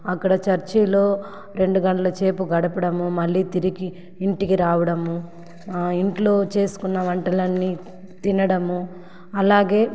అక్కడ చర్చిలో రెండు గంటలసేపు గడపడము మళ్ళీ తిరిగి ఇంటికి రావడము ఇంట్లో చేసుకున్న వంటలన్నీ తినడము అలాగే